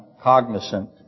cognizant